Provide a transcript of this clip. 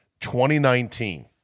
2019